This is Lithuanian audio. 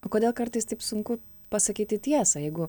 o kodėl kartais taip sunku pasakyti tiesą jeigu